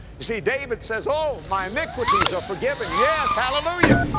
you see, david says, oh, my iniquities are forgiven. yes, hallelujah!